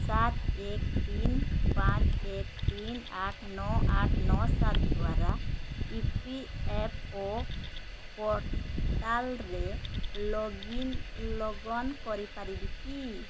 ସାତ ଏକ ତିନି ପାଞ୍ଚ ଏକ ତିନି ଆଠ ନଅ ଆଠ ନଅ ସାତ ଦ୍ଵାରା ଇ ପି ଏଫ୍ ଓ ପୋର୍ଟାଲ୍ରେ ଲଗ୍ଇନ୍ ଲଗନ୍ କରିପାରିବି କି